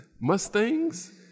Mustangs